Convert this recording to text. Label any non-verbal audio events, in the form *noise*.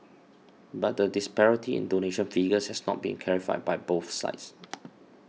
*noise* but the disparity in donation figures has not been clarified by both sides